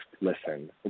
listen